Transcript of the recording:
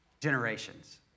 generations